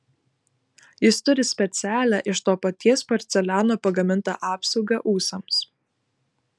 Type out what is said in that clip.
jis turi specialią iš to paties porceliano pagamintą apsaugą ūsams